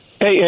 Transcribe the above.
Hey